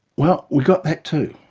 well, we've got that too.